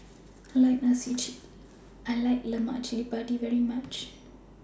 I like Lemak Cili Padi very much